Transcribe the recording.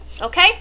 Okay